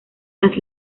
las